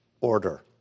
order